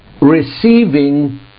receiving